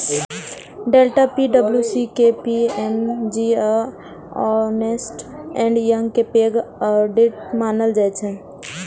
Deloitte, PWC, KPMG आ Ernst and Young कें पैघ ऑडिटर्स मानल जाइ छै